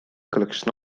collection